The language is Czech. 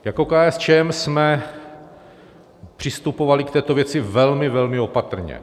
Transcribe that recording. Jako KSČM jsme přistupovali k této věci velmi, velmi opatrně.